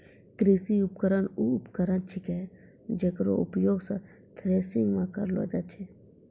कृषि उपकरण वू उपकरण छिकै जेकरो उपयोग सें थ्रेसरिंग म करलो जाय छै